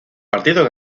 partido